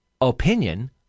opinion